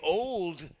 old